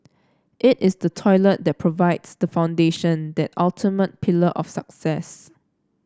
it is the toilet that provides the foundation that ultimate pillar of success